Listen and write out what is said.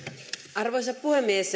arvoisa puhemies